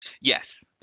Yes